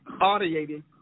audiated